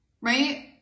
right